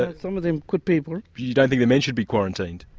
ah some of them good people. you don't think the men should be quarantined?